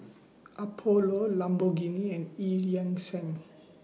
Apollo Lamborghini and EU Yan Sang